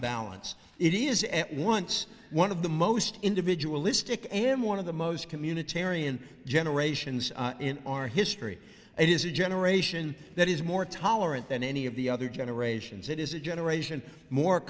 balance it is at once one of the most individual istic am one of the most communitarian generations in our history and it is a generation that is more tolerant than any of the other generations it is a generation more